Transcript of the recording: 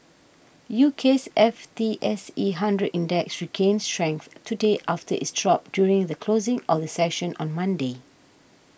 UK's F T S E Hundred Index regained strength today after its drop during the closing of the session on Monday